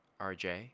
RJ